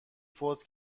فوت